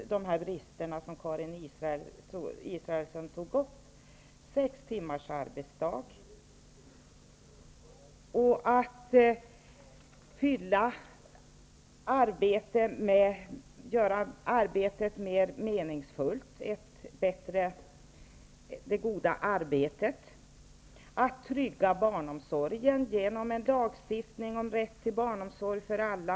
Vi har föreslagit sex timmars arbetsdag. Vi vill att man skall göra arbetet mera meningsfyllt -- det goda arbetet. Barnomsorgen kan tryggas genom en lagstiftning om rätt till barnomsorg för alla.